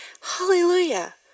Hallelujah